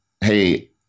hey